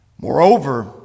Moreover